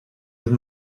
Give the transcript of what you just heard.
with